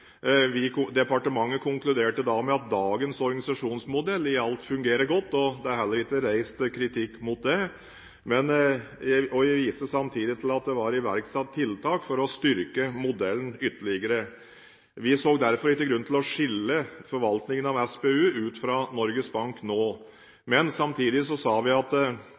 vi diskuterte for to år siden. Departementet konkluderte da med at dagens organisasjonsmodell alt i alt fungerer godt – det er heller ikke reist kritikk mot den – og jeg viste samtidig til at det var iverksatt tiltak for å styrke modellen ytterligere. Vi så derfor ingen grunn til å skille forvaltningen av SPU ut fra Norges Bank nå, men vi sa samtidig at vi ikke kan utelukke at